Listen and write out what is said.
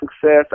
success